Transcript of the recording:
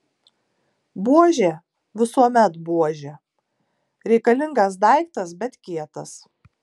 buožė visuomet buožė reikalingas daiktas bet kietas